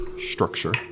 structure